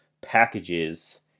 packages